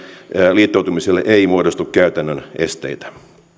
liittoutumiselle ei muodostu käytännön esteitä